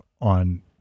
on